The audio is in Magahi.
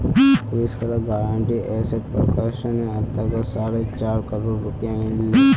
रविशंकरक गारंटीड एसेट प्रोटेक्शनेर अंतर्गत साढ़े चार करोड़ रुपया मिल ले